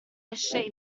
esce